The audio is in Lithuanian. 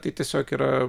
tai tiesiog yra